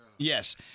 Yes